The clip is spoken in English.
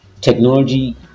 technology